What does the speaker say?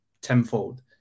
tenfold